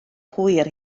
hwyr